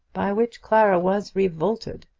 by which clara was revolted.